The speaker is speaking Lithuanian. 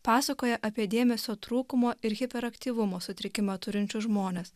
pasakoja apie dėmesio trūkumo ir hiperaktyvumo sutrikimą turinčius žmones